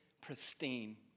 pristine